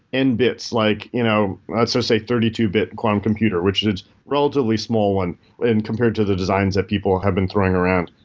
n-bits, like you know let's just so say thirty two bit quantum computer which his relatively small one and compared to the designs that people have been throwing around.